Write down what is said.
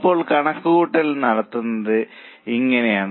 അപ്പോൾ കണക്കുകൂട്ടൽ നടത്തുന്നത് ഇങ്ങനെയാണ്